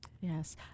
Yes